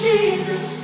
Jesus